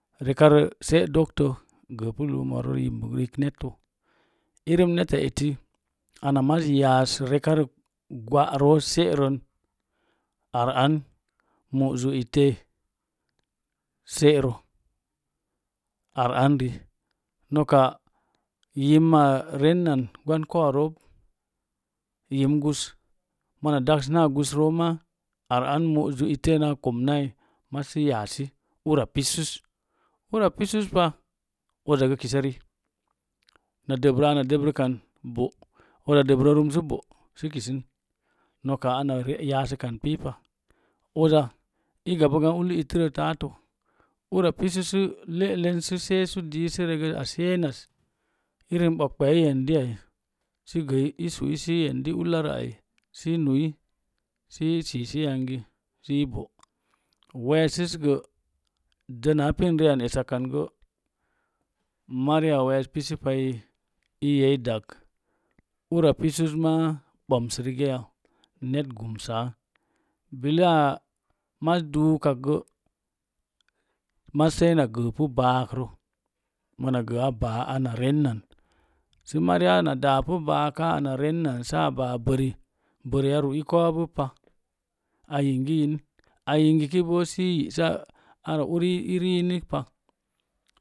se’ doktə gəəpu luumorə rekarə irim neta eti ana mas yaas reka rə gwa'ro se'rən aran mu’ zu itee se'rə ar an ri noka yimma rennan gwan kou roob yim gus mona daks na gus rooma ar an mu’ zuꞌ ittee naa’ komnai amma səi yaasi ura pisus ura pisu nas uza gə kisəri na dəbrə ana dəbrəkan bo uza dəbrə rum sə bo sə kisən nok ana yasə kan pipa uza i gabəgan ullət ittəro tattə ura pisu sə le'len sə regə a seenaz irin ɓoɓɓeyo i yendi sə gə i su'i sə i yendi ullərə ai sə i nui səi sisi yangi sii bo weesəs gə dəna apinri akan esakgə mariya wees pisipai ii i dag ura pisus maa ɓoms rigaya net gumsa bilaa mas duukakgə mas saina gə pu baakrə mona gə a baa ana rennan sə mhri ana daapu baaka ana rennan saa baa bəri bəri a ru'i kou bubpa ayingi yin a yingibo sə i yi'sa ara uri riinikpa